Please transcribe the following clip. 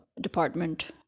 department